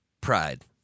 pride